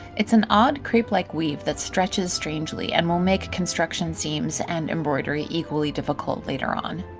it's an odd, crepe-like weave that stretches stretches oddly and will make construction seams and embroidery equally difficult later on.